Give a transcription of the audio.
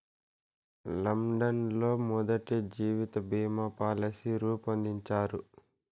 London లో మొదటి జీవిత బీమా పాలసీ రూపొందించారు